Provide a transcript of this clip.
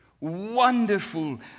Wonderful